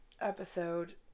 episode